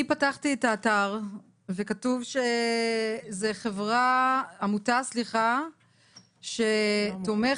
אני פתחתי את האתר וכתוב שזו עמותה שתומכת,